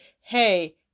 hey